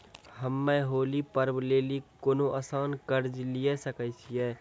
हम्मय होली पर्व लेली कोनो आसान कर्ज लिये सकय छियै?